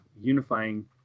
unifying